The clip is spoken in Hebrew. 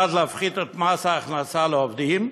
1. להפחית את מס ההכנסה לעובדים,